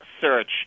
Search